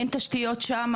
אין תשתיות שם,